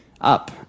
up